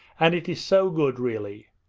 and it is so good, really!